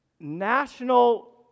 National